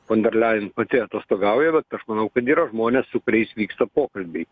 fon der laen pati atostogauja bet aš manau kad yra žmonės su kuriais vyksta pokalbiai